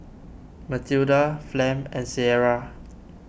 Mathilda Flem and Cierra